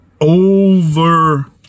Over